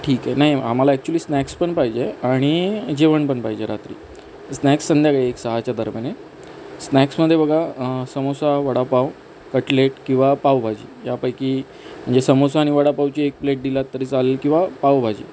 ठीक आहे नाही आम्हाला ॲक्चुअली स्नॅक्स पण पाहिजे आणि जेवण पण पाहिजे रात्री स्नॅक्स संध्याकाळी एक सहाच्या दरम्यान एक स्नॅक्समध्ये बघा समोसा वडापाव कटलेट किंवा पावभाजी यापैकी म्हणजे समोसा आणि वडापावची एक प्लेट दिलात तरी चालेल किंवा पावभाजी